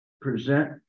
present